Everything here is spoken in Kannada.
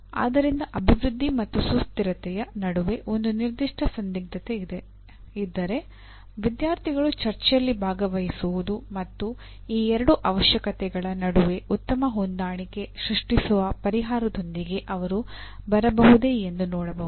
ಆದ್ದರಿಂದ ಅಭಿವೃದ್ಧಿ ಮತ್ತು ಸುಸ್ಥಿರತೆಯ ನಡುವೆ ಒಂದು ನಿರ್ದಿಷ್ಟ ಸಂದಿಗ್ಧತೆ ಇದ್ದರೆ ವಿದ್ಯಾರ್ಥಿಗಳು ಚರ್ಚೆಯಲ್ಲಿ ಭಾಗವಹಿಸಬಹುದು ಮತ್ತು ಈ ಎರಡು ಅವಶ್ಯಕತೆಗಳ ನಡುವೆ ಉತ್ತಮ ಹೊಂದಾಣಿಕೆ ಸೃಷ್ಟಿಸುವ ಪರಿಹಾರದೊಂದಿಗೆ ಅವರು ಬರಬಹುದೇ ಎಂದು ನೋಡಬಹುದು